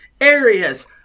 areas